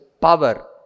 power